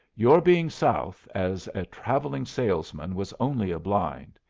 your being south as a travelling salesman was only a blind.